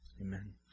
Amen